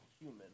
human